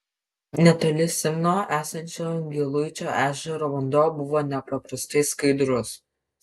netoli simno esančio giluičio ežero vanduo buvo nepaprastai skaidrus